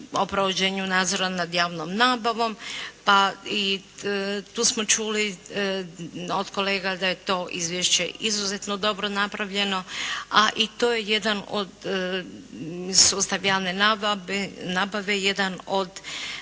o provođenju nadzora nad javnom nabavom pa i tu smo čuli od kolega da je to izvješće izuzetno dobro napravljeno, a i to je jedan sustav javne nabave jedan od